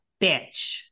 bitch